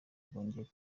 bwagera